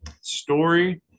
story